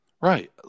Right